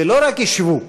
ולא רק ישבו,